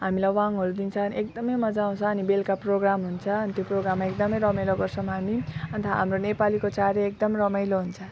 हामीलाई वाङहरू दिन्छन् एकदम मजा आउँछ अनि बेलुका प्रोग्राम हुन्छ अनि त्यो प्रोग्रममा एकदम रमाइलो गर्छौँ हामी अन्त हाम्रो नेपालीको चाड एकदम रमाइलो हुन्छ